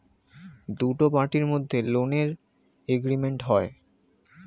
দুটো পার্টির মধ্যে লোনের এগ্রিমেন্ট হয়